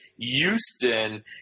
Houston